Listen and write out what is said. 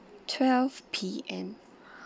twelve P M